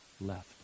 left